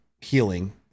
healing